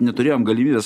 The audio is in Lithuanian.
neturėjom galimybės